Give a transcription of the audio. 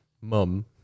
mum